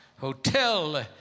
Hotel